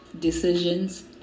decisions